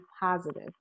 positive